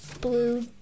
Blue